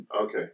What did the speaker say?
Okay